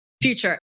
future